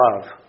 love